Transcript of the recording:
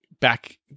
back